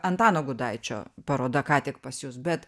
antano gudaičio paroda ką tik pas jus bet